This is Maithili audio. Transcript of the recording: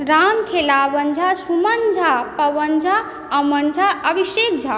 राम खेलावन झा सुमन झा पवन झा अमन झा अभिषेक झा